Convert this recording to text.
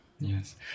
Yes